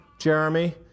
Jeremy